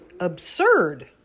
Absurd